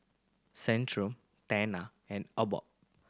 Centrum Tena and Abbott